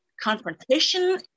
Confrontation